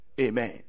Amen